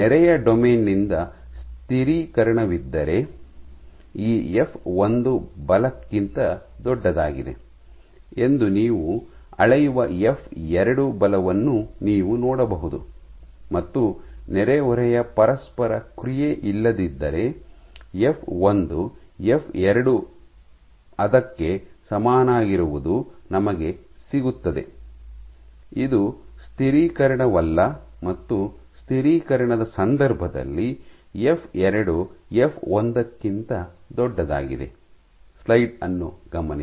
ನೆರೆಯ ಡೊಮೇನ್ ನಿಂದ ಸ್ಥಿರೀಕರಣವಿದ್ದರೆ ಈ ಎಫ್ ಒಂದು ಬಲಕ್ಕಿಂತ ದೊಡ್ಡದಾಗಿದೆ ಎಂದು ನೀವು ಅಳೆಯುವ ಎಫ್ ಎರಡು ಬಲವನ್ನು ನೀವು ನೋಡಬಹುದು ಮತ್ತು ನೆರೆಹೊರೆಯ ಪರಸ್ಪರ ಕ್ರಿಯೆ ಇಲ್ಲದಿದ್ದರೆ ಎಫ್ ಒಂದು ಎಫ್ ಎರಡು ಗೆ ಸಮನಾಗಿರುವುದು ನಮಗೆ ಸಿಗುತ್ತದೆ ಇದು ಸ್ಥಿರೀಕರಣವಲ್ಲ ಮತ್ತು ಸ್ಥಿರೀಕರಣದ ಸಂದರ್ಭದಲ್ಲಿ ಎಫ್ ಎರಡು ಎಫ್ 2 ಎಫ್ ಒಂದಕ್ಕಿಂತ ಎಫ್ 1 ದೊಡ್ಡದಾಗಿದೆ